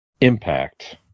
impact